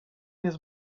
jest